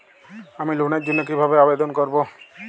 আমি লোনের জন্য কিভাবে আবেদন করব?